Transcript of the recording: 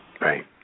Right